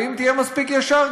ואם תהיה מספיק ישר,